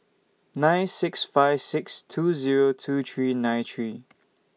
nine six five six two Zero two three nine three